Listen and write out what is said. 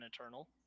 Eternal